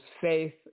faith